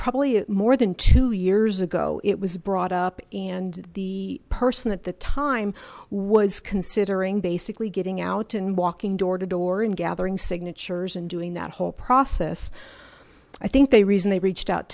probably more than two years ago it was brought up and the person at the time was considering basically getting out and walking door to door and gathering signatures and doing that whole process i think they reason they reached out